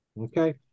Okay